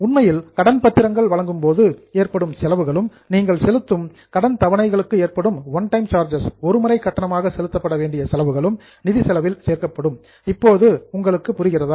உண்மையில் கடன் பத்திரங்கள் வழங்கும் போது ஏற்படும் செலவுகளும் நீங்கள் செலுத்தும் அமார்டைஸ்டு கடன் தவளைகளுக்கு ஏற்படும் ஒன் டைம் சார்ஜஸ் ஒரு முறை கட்டணமாக செலுத்தப்பட வேண்டிய செலவுகளும் நிதிச் செலவில் சேர்க்கப்படும் இப்போது புரிகிறதா